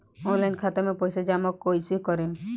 Online खाता मे पईसा जमा कइसे करेम?